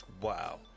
Wow